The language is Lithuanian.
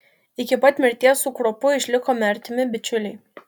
iki pat mirties su kruopu išlikome artimi bičiuliai